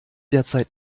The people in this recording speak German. derzeit